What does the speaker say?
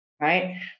Right